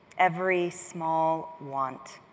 every small want,